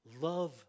Love